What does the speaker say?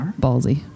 ballsy